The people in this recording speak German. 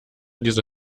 diese